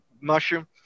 mushroom